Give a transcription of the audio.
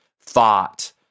thought